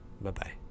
Bye-bye